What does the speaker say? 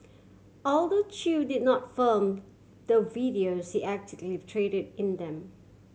although Chew did not film the videos he actively traded in them